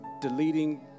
deleting